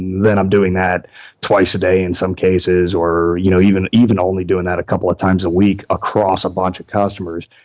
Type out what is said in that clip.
then i'm doing that twice a day in some cases or you know even even only doing that a couple of times a week across a bunch of customers.